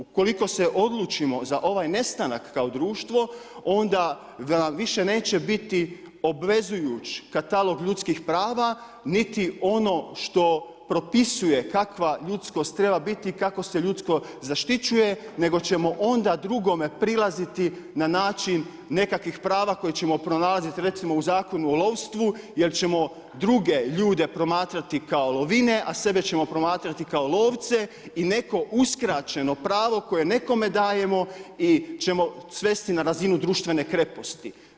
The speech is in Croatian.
Ukoliko se odlučimo za ovaj nestanak kao društvo, onda nam više neće biti obvezujući katalog ljudskih prava niti ono što propisuje kakva ljudskost treba biti i kako se ljudskost zaštićuje, nego ćemo onda drugome prilaziti na način nekakvih prava koje ćemo pronalaziti recimo, u Zakonu o lovstvu jer ćemo druge ljude promatrati kao lovine, a sebe ćemo promatrati kao lovce i neko uskraćeno pravo koje nekome dajemo ćemo svesti na razinu društvene kreposti.